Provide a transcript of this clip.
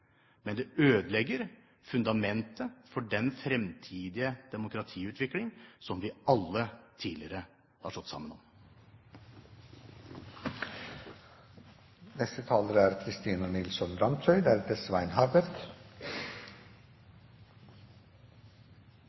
men det ødelegger fundamentet for den fremtidige demokratiutvikling, som vi alle tidligere har stått sammen om. Dette er